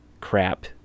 crap